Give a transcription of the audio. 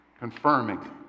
confirming